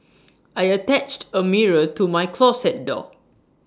I attached A mirror to my closet door